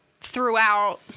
throughout